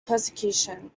persecution